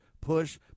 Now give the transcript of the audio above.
push